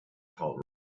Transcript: tolerable